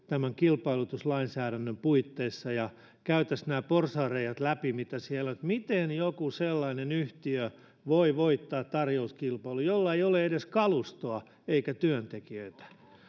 tämän kilpailutuslainsäädännön puitteissa ja käytäisiin läpi nämä porsaanreiät mitä siellä on miten joku sellainen yhtiö voi voittaa tarjouskilpailun jolla ei ole edes kalustoa eikä työntekijöitä